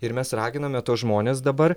ir mes raginame tuos žmones dabar